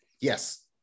Yes